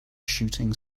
shooting